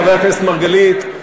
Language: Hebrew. חבר הכנסת מרגלית,